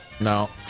no